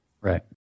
Right